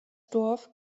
dorf